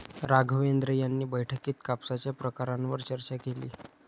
राघवेंद्र यांनी बैठकीत कापसाच्या प्रकारांवर चर्चा केली